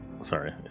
Sorry